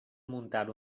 muntar